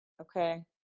okay